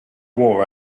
war